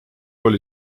oli